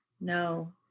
No